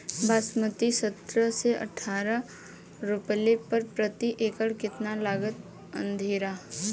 बासमती सत्रह से अठारह रोपले पर प्रति एकड़ कितना लागत अंधेरा?